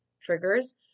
triggers